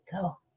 go